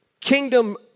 kingdom